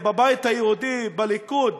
בבית היהודי, בליכוד,